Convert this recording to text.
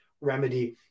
remedy